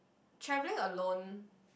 travelling alone